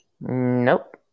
Nope